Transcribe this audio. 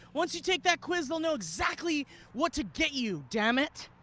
once you take that quiz, they'll know exactly what to get you, dammit.